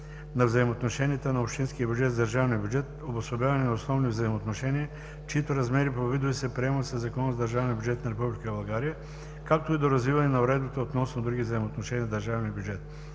на взаимоотношенията на общинския бюджет с държавния бюджет – обособяване на основни взаимоотношения, чиито размери по видове се приемат със Закона за държавния бюджет на Република България, както и доразвиване на уредбата относно други взаимоотношения с държавния бюджет.